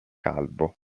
calvo